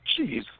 Jeez